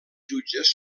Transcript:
jutges